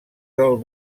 del